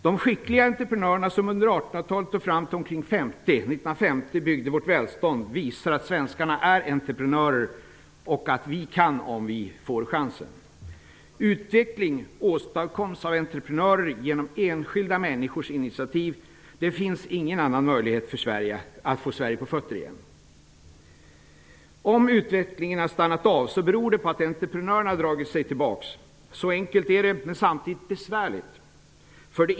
De skickliga entreprenörerna som under 1800-talet och fram till omkring 1950 byggde vårt välstånd visar att svenskarna är entreprenörer och att vi kan om vi får chansen. Utveckling åstadkoms av entreprenörer och genom enskilda människors initiativ. Det finns ingen annan möjlighet att få Sverige på fötter igen. Om utvecklingen har stannat av beror det på att entreprenörerna har dragit sig tillbaka. Så enkelt är det, och samtidigt är det besvärligt.